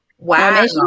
Wow